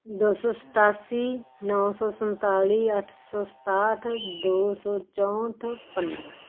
ਦੋ ਸੌ ਸਤਾਸੀ ਨੌਂ ਸੌ ਸੰਤਾਲੀ ਅੱਠ ਸੌ ਸਤਾਹਠ ਦੋ ਸੌ ਚੌਂਹਠ ਪੰਦਰਾਂ